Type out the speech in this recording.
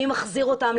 מי מחזיר אותם,